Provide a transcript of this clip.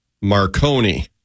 Marconi